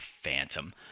phantom